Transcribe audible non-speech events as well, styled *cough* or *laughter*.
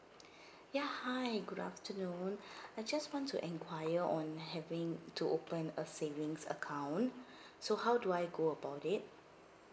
*breath* ya hi good afternoon *breath* I just want to enquire on having to open a savings account *breath* so how do I go about it